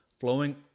flowing